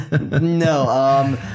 No